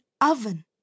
oven